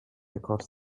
across